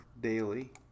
daily